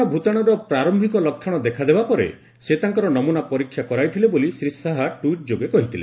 corona ଭୂତାଣୁର ପ୍ରାରମ୍ଭିକ ଲକ୍ଷଣ ଦେଖାଦେବା ପରେ ସେ ତାଙ୍କର ନମ୍ନନା ପରୀକ୍ଷା କରାଇଥିଲେ ବୋଲି ଶ୍ରୀ ଶାହା ଟ୍ୱିଟ୍ ଯୋଗେ କହିଥିଲେ